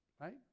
right